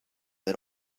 that